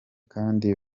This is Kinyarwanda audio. kandi